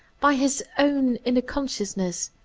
by his own inner consciousness,